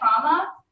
trauma